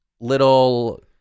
little